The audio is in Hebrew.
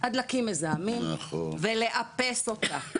על דלקים מזהמים, ולאפס אותה.